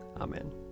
Amen